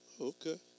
Okay